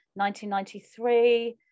1993